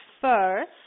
first